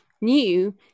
new